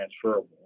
transferable